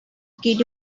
kid